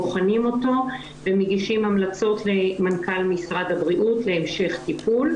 בוחנים אותו ומגישים המלצות למנכ"ל משרד הבריאות להמשך טיפול.